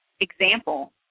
example